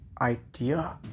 idea